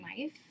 life